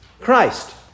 Christ